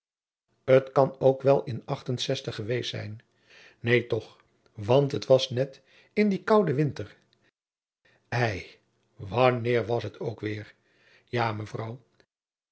t kan ook wel in geweest zijn neen toch want het was net in dien kouden winter ei wanneer was het ook weêr ja mevrouw